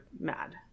mad